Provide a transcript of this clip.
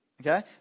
Okay